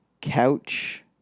couch